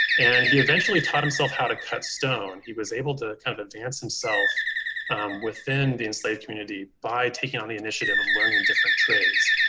and he eventually taught himself how to cut stone. he was able to kind of advance himself within the enslaved community by taking on the initiative of learning different trades.